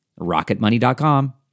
Rocketmoney.com